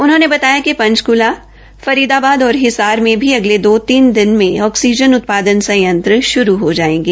उन्होंने बताया कि पंचकूला फरीदाबाद और हिसार में भी अगले दो तीन दिनों में ऑक्सीजन उत्पादन संयंत्र शुरू हो जायेंगे